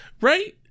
Right